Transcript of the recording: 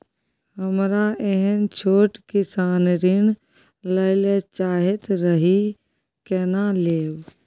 हमरा एहन छोट किसान ऋण लैले चाहैत रहि केना लेब?